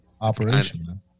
operation